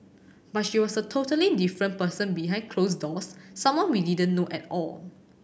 but she was a totally different person behind closed doors someone we didn't know at all